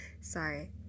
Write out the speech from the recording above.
Sorry